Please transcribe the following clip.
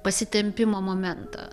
pasitempimo momentą